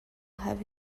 have